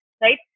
right